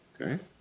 okay